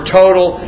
total